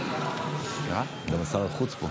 תביאו בשורה.